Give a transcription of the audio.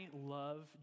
love